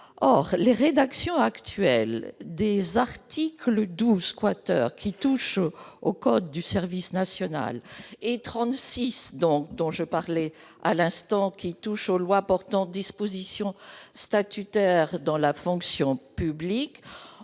Or les rédactions actuelles des articles 12, qui touche au code du service national, et 36, dont je parlais à l'instant, et qui touche aux lois portant dispositions statutaires dans la fonction publique,